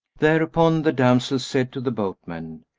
thereupon the damsel said to the boatman,